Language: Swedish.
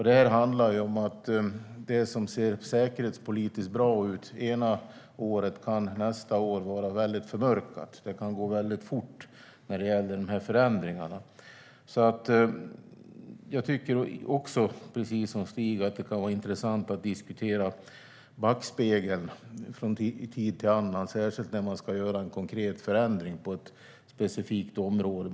Det här handlar om att det som ser säkerhetspolitiskt bra ut ena året kan vara väldigt förmörkat nästa år, och dessa förändringar kan gå väldigt fort. Jag tycker också, precis som Stig Henriksson, att det kan vara intressant att diskutera backspegeln från tid till annan, särskilt när man ska göra en konkret förändring på ett specifikt område.